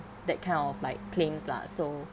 that kind of like claims lah so